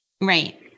right